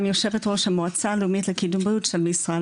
יושב הראש המועצה הלאומית לקידום בריאות במשרד